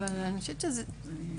אבל אני חושבת שזה חלקי.